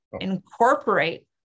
incorporate